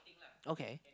okay